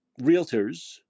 realtors